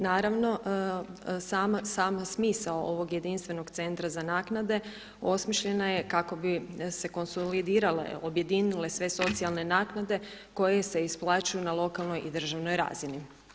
Naravno sama smisao ovog jedinstvenog centra za naknade osmišljena je kako bi se konsolidirale, objedinile sve socijalne naknade koje se isplaćuju na lokalnoj i državnoj razini.